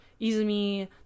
Izumi